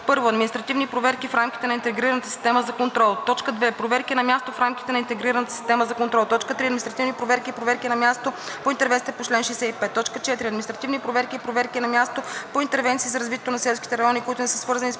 на: 1. административни проверки в рамките на интегрираната система за контрол; 2. проверки на място в рамките на интегрираната система за контрол; 3. административни проверки и проверки на място по интервенциите по чл. 65; 4. административни проверки и проверки на място по интервенции за развитие на селските райони, които не са свързани с